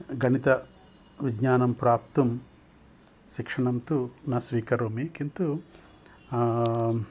गणितविज्ञानं प्राप्तुं शिक्षणं तु न स्वीकरोमि किन्तु